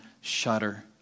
shudder